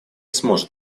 сможет